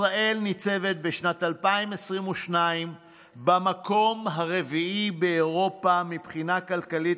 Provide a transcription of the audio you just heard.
ישראל ניצבת בשנת 2022 במקום הרביעי באירופה מבחינה כלכלית,